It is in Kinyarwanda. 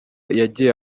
yagiye